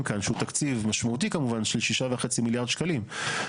שהוא תקציב משמעותי כמובן של 6.5 מיליארד שקלים,